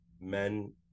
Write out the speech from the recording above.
men